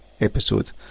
episode